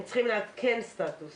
הם צריכים לעדכן סטטוס